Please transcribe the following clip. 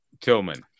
Tillman